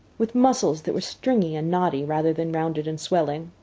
with muscles that were stringy and knotty rather than rounded and swelling.